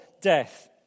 death